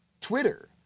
Twitter